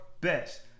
best